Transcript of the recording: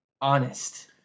honest